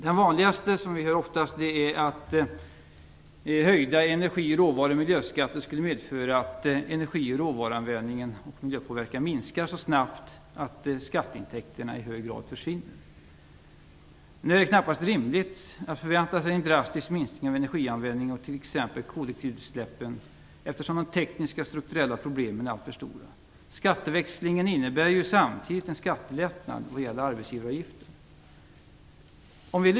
Den invändning som vi oftast hör är att höjda skatter på miljö, råvaror och energi skulle medföra att energi och råvaruanvändningen skulle minska så snabbt att skatteintäkterna i hög grad skulle försvinna. Skatteväxlingen innebär ju samtidigt en skattelättnad vad gäller arbetsgivaravgiften.